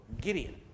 Gideon